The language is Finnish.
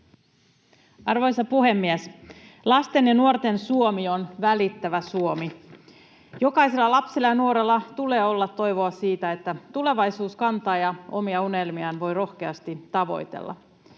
Arvoisa puhemies! Lasten ja nuorten Suomi on välittävä Suomi. Jokaisella lapsella ja nuorella tulee olla toivoa siitä, että tulevaisuus kantaa ja omia unelmiaan voi rohkeasti tavoitella.